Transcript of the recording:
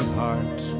heart